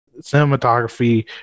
Cinematography